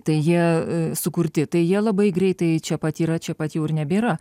tai jie sukurti tai jie labai greitai čia pat yra čia pat jau ir nebėra